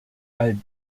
all